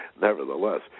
Nevertheless